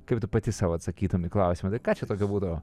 kaip tu pati sau atsakytum į klausimą tai ką čia tokio būtų